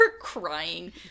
crying